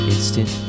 Instant